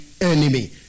enemy